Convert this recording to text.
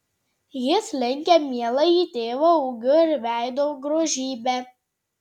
jis lenkia mieląjį tėvą ūgiu ir veido grožybe